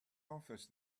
office